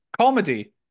comedy